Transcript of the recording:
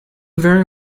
very